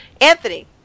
Anthony